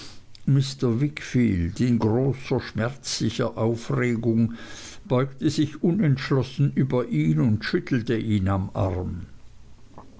mr wickfield in großer schmerzlicher aufregung beugte sich unentschlossen über ihn und schüttelte ihn am arm